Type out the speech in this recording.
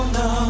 no